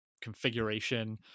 configuration